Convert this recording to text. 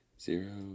Zero